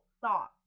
thought